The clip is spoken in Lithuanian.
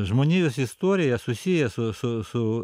žmonijos istorija susiję su su su